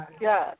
yes